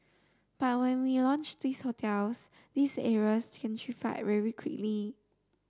but when we launched these hotels these areas gentrified very quickly